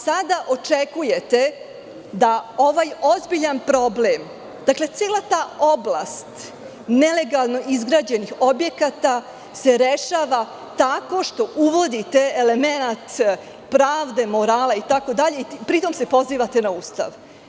Sada očekujete da se ovaj ozbiljan problem, cela ta oblast nelegalno izgrađenih objekata, rešava tako što uvodite elemenat pravde, morala itd, a pri tome se pozivate na Ustav.